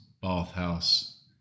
bathhouse